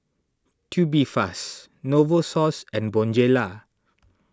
Tubifast Novosource and Bonjela